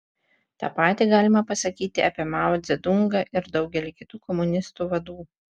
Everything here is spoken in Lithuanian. tą patį galima pasakyti apie mao dzedungą ir daugelį kitų komunistų vadų